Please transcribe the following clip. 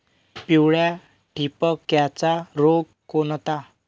पिवळ्या ठिपक्याचा रोग कोणता?